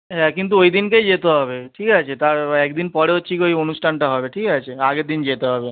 হ্যাঁ কিন্তু ওই দিনকেই যেতে হবে ঠিক আছে তার এক দিন পরে হচ্ছে গিয়ে ওই অনুষ্ঠানটা হবে ঠিক আছে আগের দিন যেতে হবে